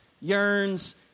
yearns